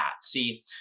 See